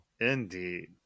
indeed